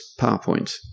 PowerPoint